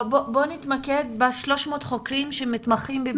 בואי נתמקד ב-300 חוקרים שמתמחים בפגיעה מינית.